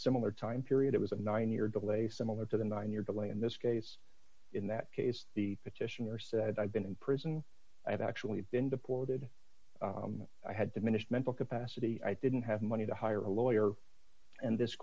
similar time period it was a nine year delay similar to the one year delay in this case in that case the petitioner said i've been in prison i've actually been deported i had diminished mental capacity i didn't have money to hire a lawyer and this